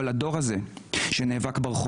אבל שותק בצייתנות מרצה כשעוברים עוד ועוד